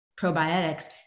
probiotics